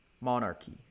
monarchy